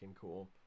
cool